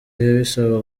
bisaba